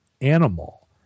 animal